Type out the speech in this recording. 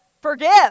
forgive